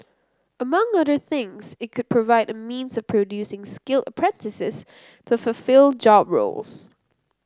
among other things it could provide a means of producing skilled apprentices to fulfil job roles